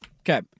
Okay